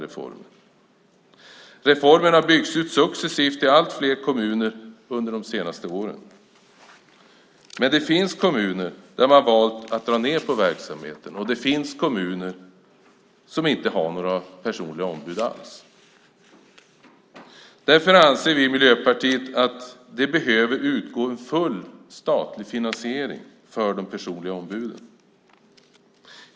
Reformen har byggts ut successivt till allt fler kommuner under de senaste åren. Men det finns kommuner som valt att dra ned på verksamheten. Det finns också kommuner som inte har några personliga ombud alls. Miljöpartiet anser därför att det behöver utgå full statlig finansiering för de personliga ombuden.